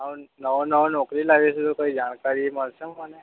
નવો નવો નોકરીએ લાગ્યો છું તો કોઇ જાણકારી મળશે મને